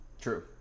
True